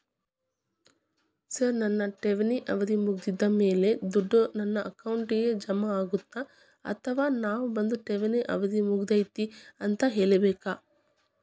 Sir ನನ್ನ ಠೇವಣಿ ಅವಧಿ ಮುಗಿದಮೇಲೆ, ದುಡ್ಡು ನನ್ನ ಅಕೌಂಟ್ಗೆ ಜಮಾ ಆಗುತ್ತ ಅಥವಾ ನಾವ್ ಬಂದು ಠೇವಣಿ ಅವಧಿ ಮುಗದೈತಿ ಅಂತ ಹೇಳಬೇಕ?